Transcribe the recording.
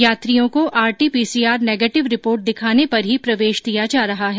यात्रियों को RTPCR negative report दिखाने पर ही प्रवेश दिया जा रहा है